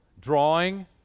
drawing